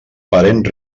parent